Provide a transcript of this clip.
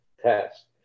test